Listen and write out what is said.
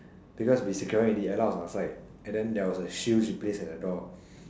because we securing already Ella on our side and then there was a shield she placed at the door